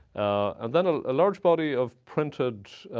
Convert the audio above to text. and then a large body of printed